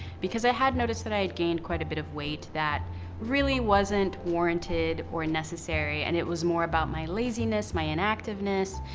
because i had noticed that i had gained quite a bit of weight that really wasn't warranted or necessary, and it was more about my laziness, my inactiveness,